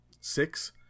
six